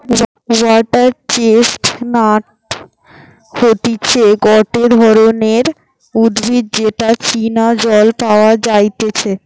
water chestnut হতিছে গটে ধরণের উদ্ভিদ যেটা চীনা জল পাওয়া যাইতেছে